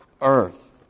earth